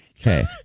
Okay